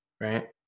right